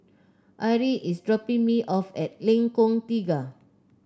Arie is dropping me off at Lengkong Tiga